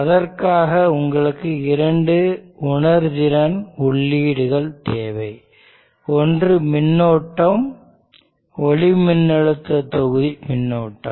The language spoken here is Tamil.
அதற்காக உங்களுக்கு இரண்டு உணர்திறன் உள்ளீடுகள் தேவை ஒன்று மின்னோட்டம் ஒளிமின்னழுத்த தொகுதி மின்னோட்டம்